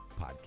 podcast